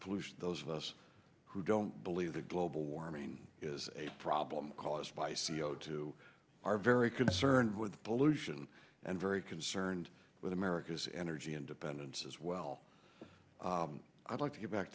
pollution those of us who don't believe that global warming is a problem caused by c o two are very concerned with pollution and very concerned with america's energy independence as well i'd like to go back